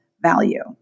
value